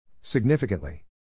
Significantly